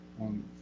on